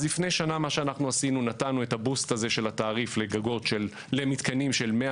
אז לפני שנה נתנו את הבוסט הזה של התעריף למתקנים של 100,